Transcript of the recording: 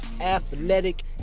athletic